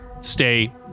stay